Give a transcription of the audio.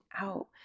out